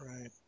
right